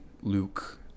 Luke